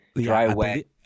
dry-wet